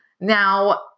now